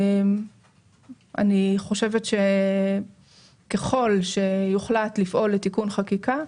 אני חושבת שככל שיוחלט לפעול לתיקון חקיקה,